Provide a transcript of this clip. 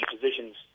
positions